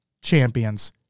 Champions